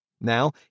Now